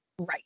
Right